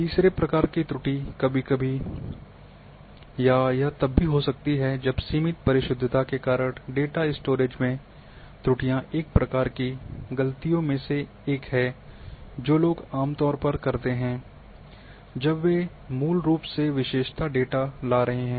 तीसरे प्रकार की त्रुटियां कभी कभी या यह तब भी हो सकती हैं जब सीमित परिशुद्धता के कारण डेटा स्टोरेज में त्रुटियां एक प्रकार की गलतियों में से एक है जो लोग आमतौर पर करते हैं जब वे मूल रूप से विशेषता डेटा ला रहे हैं